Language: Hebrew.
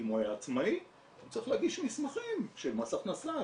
אם הוא היה עצמאי הוא צריך להגיש מסמכים של מס הכנסה,